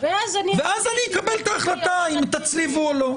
ואז אני אקבל את ההחלטה אם להצליב או לא.